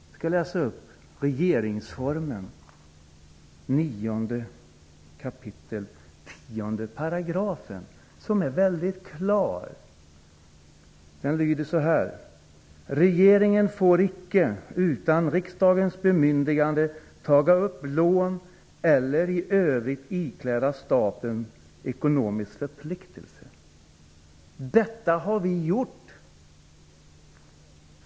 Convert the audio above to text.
Jag skall läsa upp regeringsformen 9 kap. 10 §: ''Regeringen får icke utan riksdagens bemyndigande taga upp lån eller i övrigt ikläda staten ekonomisk förpliktelse.'' Men detta har man gjort.